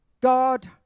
God